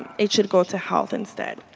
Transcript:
it should go to health instead.